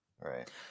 Right